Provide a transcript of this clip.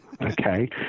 okay